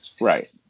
Right